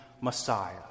Messiah